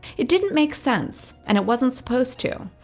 it didn't make sense and it wasn't supposed to.